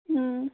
ꯎꯝ